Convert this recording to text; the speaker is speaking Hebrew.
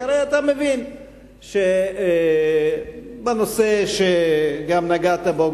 כי אתה הרי מבין שבנושא שנגעת בו,